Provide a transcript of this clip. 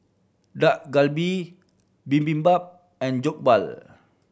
Dak Galbi Bibimbap and Jokbal